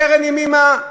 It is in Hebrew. קארן ימימה,